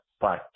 Bye